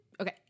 Okay